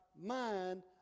mind